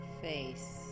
face